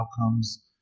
outcomes